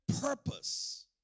purpose